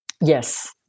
Yes